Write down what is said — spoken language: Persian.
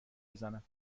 بزنم